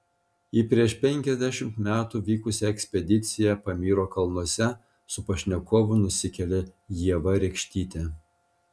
į prieš penkiasdešimt metų vykusią ekspediciją pamyro kalnuose su pašnekovu nusikelia ieva rekštytė